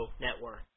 network